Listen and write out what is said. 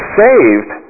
saved